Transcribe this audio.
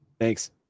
Thanks